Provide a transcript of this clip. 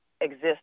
exist